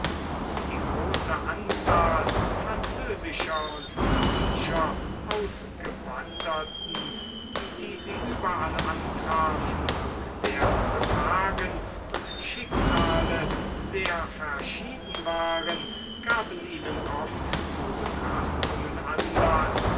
und die große anzahl französischer und deutscher ausgewanderten die sie überall antrafen und deren betragen und schicksale sehr verschieden waren gaben ihnen oft zu betrachtungen anlaß